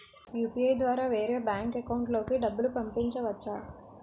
UPI ద్వారా వేరే bank account లోకి డబ్బులు పంపించవచ్చా?